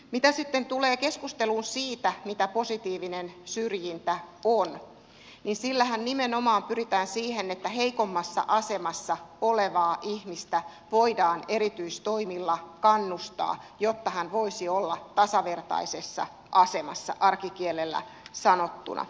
mitä sitten tulee keskusteluun siitä mitä positiivinen syrjintä on sillähän nimenomaan pyritään siihen että heikommassa asemassa olevaa ihmistä voidaan erityistoimilla kannustaa jotta hän voisi olla tasavertaisessa asemassa arkikielellä sanottuna